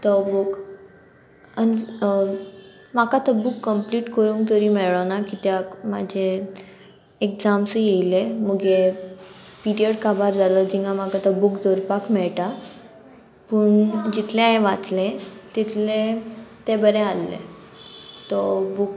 तो बूक आनी म्हाका तो बूक कंप्लीट करूंक तरी मेळोना कित्याक म्हाजे एग्जाम्सूय येयले मुगे पिरियड काबार जालो जिंगा म्हाका तो बूक दोरपाक मेळटा पूण जितले हांवें वाचले तितले तें बरें आहले तो बूक